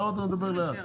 למה אתה מדבר לאט?